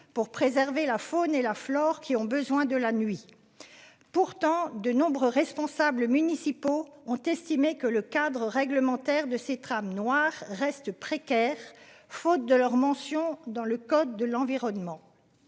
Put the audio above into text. pour préserver la faune et la flore qui ont besoin de la nuit. Pourtant de nombreux responsables municipaux ont estimé que le cadre réglementaire de ces trams noir reste précaire, faute de leur mention dans le code de l'environnement.